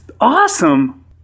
awesome